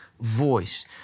voice